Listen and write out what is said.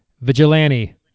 vigilante